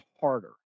harder